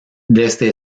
desde